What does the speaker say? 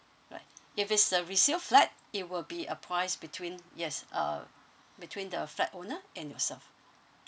right if it's a resale flat it will be a price between yes uh between the flat owner and yourself